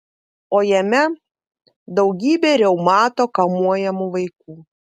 o jame daugybė reumato kamuojamų vaikų